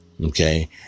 Okay